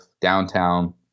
downtown